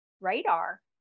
radar